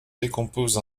décompose